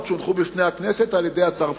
שהונחו בפני הכנסת על-ידי השר פרידמן.